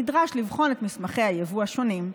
נדרש לבחון את מסמכי היבוא השונים.